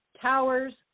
towers